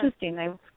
interesting